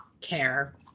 care